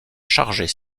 charger